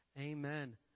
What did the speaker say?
Amen